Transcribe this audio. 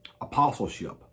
apostleship